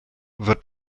wird